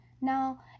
Now